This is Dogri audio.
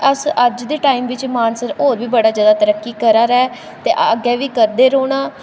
अस अज्ज दे टैम बिच्च मानसर होर बी बड़ा जादा तरक्की करा दा ऐ ते अग्गें बी करदे रौह्ना